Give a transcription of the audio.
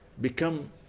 become